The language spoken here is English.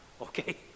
okay